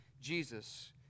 Jesus